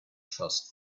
trust